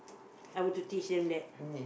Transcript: I would to teach them that